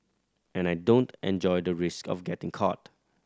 and I don't enjoy the risk of getting caught